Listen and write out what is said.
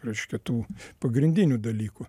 reiškia tų pagrindinių dalykų